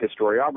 historiography